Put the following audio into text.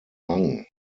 rang